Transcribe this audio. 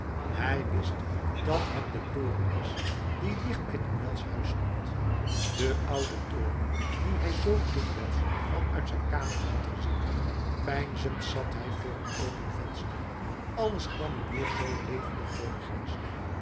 hij wist dat het de toren was die dicht bij tournels huis stond de oude toren dien hij zoo dikwijls van uit zijn kamertje had gezien peinzend zat hij voor het open venster alles kwam hem weer zoo levendig voor den geest